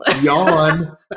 Yawn